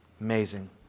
Amazing